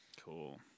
Cool